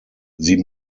sie